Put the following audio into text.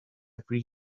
every